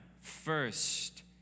first